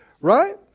Right